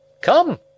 come